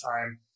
time